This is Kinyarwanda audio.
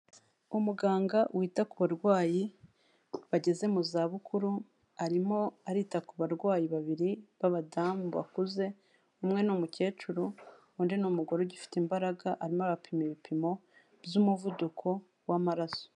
Umuganga wita ku barwayi bageze mu zabukuru arimo arita ku barwayi babiri b'abadamu bakuze, umwe ni umukecuru, undi ni umugore ugifite imbaraga, arimo arabapima ibipimo by'umuvuduko w'amaraso.